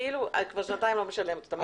כבר שנתיים לא משלמת אותם.